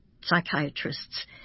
psychiatrists